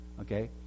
Okay